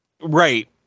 Right